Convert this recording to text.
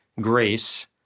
grace